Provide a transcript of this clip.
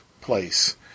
place